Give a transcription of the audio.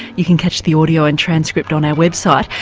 you can catch the audio and transcript on our website.